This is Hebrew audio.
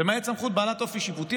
למעט סמכות בעלת אופי שיפוטי,